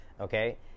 Okay